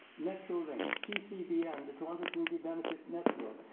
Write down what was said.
metrolinx, tcb and the toronto community benefit network.